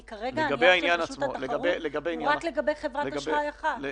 כי כרגע הנייר של רשות התחרות הוא רק לגבי חברת אשראי אחת.